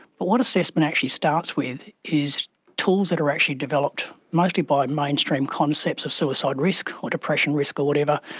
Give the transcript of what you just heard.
but what assessment actually starts with is tools that are actually developed mostly by mainstream concepts of suicide risk or depression risk or whatever,